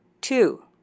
two